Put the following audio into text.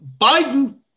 Biden